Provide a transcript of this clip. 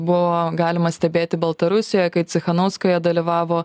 buvo galima stebėti baltarusijoj kai cechanauskaja dalyvavo